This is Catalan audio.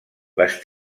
les